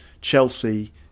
Chelsea